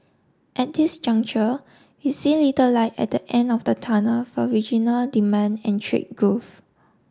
at this juncture we see little light at the end of the tunnel for regional demand and trade growth